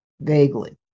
vaguely